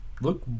look